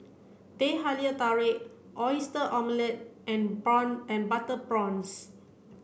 Teh Halia Tarik oyster omelette and prawn butter prawns